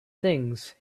things